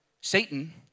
Satan